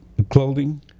Clothing